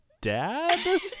dad